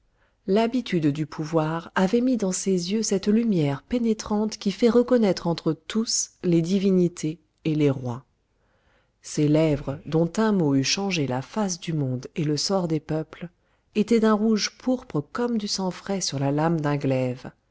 l'habitude du pouvoir avait mis dans ses yeux cette lumière pénétrante qui fait reconnaître entre tous les divinités et les rois ses lèvres dont un mot eût changé la face du monde et le sort des peuples étaient d'un rouge pourpre comme du sang frais sur la lame d'un glaive